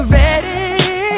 ready